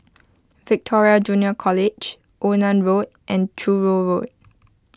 Victoria Junior College Onan Road and Truro Road